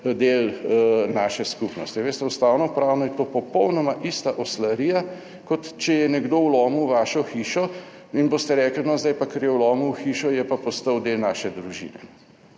del naše skupnosti. Veste, ustavno pravno je to popolnoma ista oslarija, kot če je nekdo vlomil v vašo hišo in boste rekli, no, zdaj pa, ker je vlomil v hišo, je pa postal del naše družine.